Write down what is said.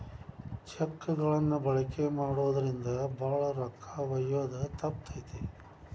check ಗಳನ್ನ ಬಳಕೆ ಮಾಡೋದ್ರಿಂದ ಭಾಳ ರೊಕ್ಕ ಒಯ್ಯೋದ ತಪ್ತತಿ